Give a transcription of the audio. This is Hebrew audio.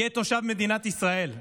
יהיה תושב מדינת ישראל,